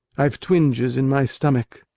i've twinges in my stomach.